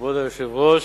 כבוד היושב-ראש,